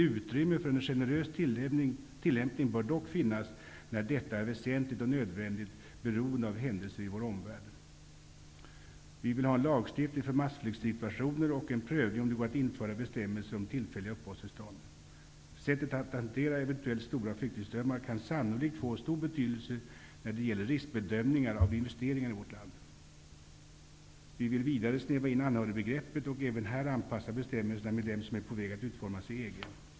Utrymme för en generös till lämpning bör finnas när detta är väsentligt och nödvändigt, beroende av händelser i vår omvärld. Vi vill ha en lagstiftning för massflyktssituatio ner och en prövning om det går att införa bestäm melser om tillfälliga uppehållstillstånd. Sättet att hantera eventuella stora flyktingströmmar kan sannolikt få stor betydelse när det gäller riskbe dömningar av investeringar i vårt land. Vi vill vidare snäva in anhörigbegreppet och även här anpassa bestämmelserna till dem som är på väg att utformas i EG.